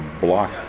block